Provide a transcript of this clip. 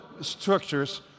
structures